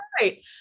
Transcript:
right